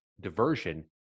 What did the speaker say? diversion